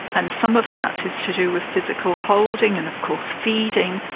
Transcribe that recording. and some of that is to do with physical holding and of course feeding,